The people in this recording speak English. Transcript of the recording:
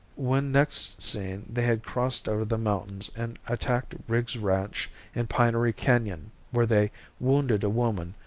when next seen they had crossed over the mountains and attacked riggs' ranch in pinery canon, where they wounded a woman,